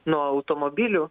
nuo automobilių